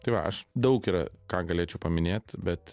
tai va aš daug yra ką galėčiau paminėt bet